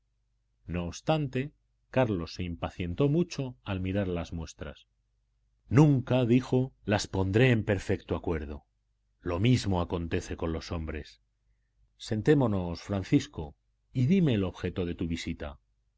no obstante carlos se impacientó mucho al mirar las muestras nunca dijo las pondré en perfecto acuerdo lo mismo acontece con los hombres sentémonos francisco y dime el objeto de tu visita